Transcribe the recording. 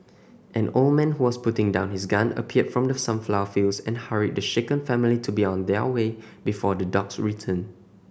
an old man who was putting down his gun appeared from the sunflower fields and hurried the shaken family to be on their way before the dogs return